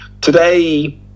Today